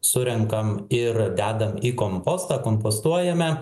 surenkam ir dedam į kompostą kompostuojame